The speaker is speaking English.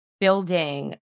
building